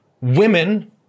women